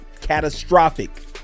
Catastrophic